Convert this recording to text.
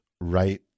right